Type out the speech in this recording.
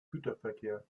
güterverkehr